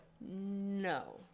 no